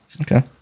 Okay